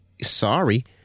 sorry